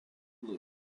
lewis